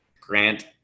Grant